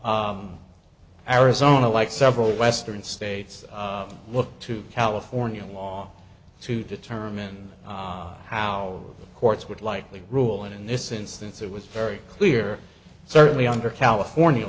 arizona like several western states look to california law to determine how the courts would likely rule in this instance it was very clear certainly under california